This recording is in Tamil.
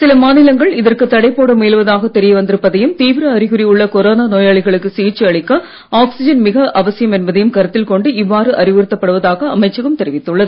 சில மாநிலங்கள் இதற்கு தடை போட முயலுவதாக தெரிய வந்திருப்பதையும் தீவிர அறிகுறி உள்ள கொரோனா நோயாளிகளுக்கு சிகிச்சை அளிக்க ஆக்ஸிஜன் மிக அவசியம் என்பதையும் கருத்தில் கொண்டு இவ்வாறு அறிவுறுத்தப்படுவதாக அமைச்சகம் தெரிவித்துள்ளது